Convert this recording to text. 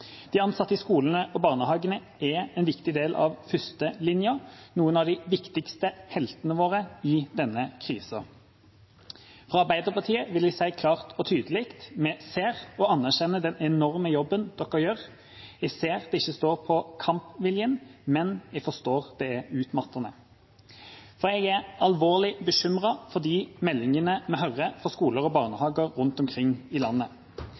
De ansatte i skolene og barnehagene er en viktig del av førstelinja – noen av de viktigste heltene våre i denne krisa. Fra Arbeiderpartiet vil jeg si klart og tydelig: Vi ser og anerkjenner den enorme jobben de gjør. Jeg ser at det ikke står på kampviljen, men jeg forstår at det er utmattende. For jeg er alvorlig bekymret over de meldingene vi får fra skoler og barnehager rundt omkring i landet.